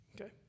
Okay